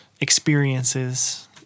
experiences